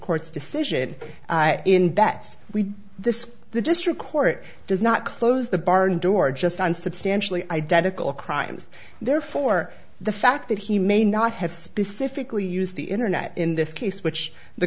court's decision in that's we this the district court does not close the barn door just on substantially identical crimes therefore the fact that he may not have specific we use the internet in this case which the